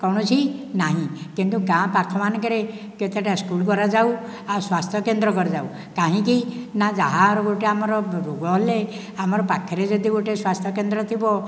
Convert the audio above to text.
କୌଣସି ନାହିଁ କିନ୍ତୁ ଗାଁ ପାଖ ମାନଙ୍କରେ କେତେଟା ସ୍କୁଲ କରାଯାଉ ଆଉ ସ୍ୱାସ୍ଥ୍ୟ କେନ୍ଦ୍ର କରାଯାଉ କାହିଁକି ନା ଯାହାର ଗୋଟେ ଆମର ରୋଗ ହେଲେ ଆମର ପାଖରେ ଯଦି ଗୋଟେ ସ୍ୱାସ୍ଥ୍ୟ କେନ୍ଦ୍ର ଥିବ